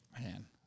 Man